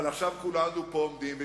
אבל עכשיו כולנו פה עומדים.